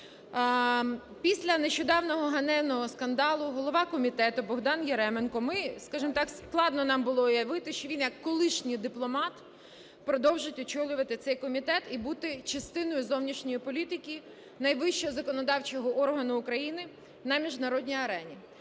Після нещодавнього ганебного скандалу голова комітету Богдан Яременко, ми, скажемо так, складно нам було уявити, що він як колишній дипломат продовжить очолювати цей комітет і бути частиною зовнішньої політики найвищого законодавчого органу України на міжнародній арені.